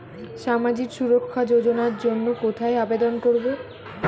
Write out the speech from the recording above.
সামাজিক সুরক্ষা যোজনার জন্য কোথায় আবেদন করব?